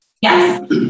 Yes